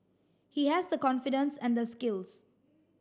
he has the confidence and the skills